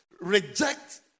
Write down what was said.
reject